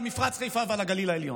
על מפרץ חיפה ועל הגליל העליון.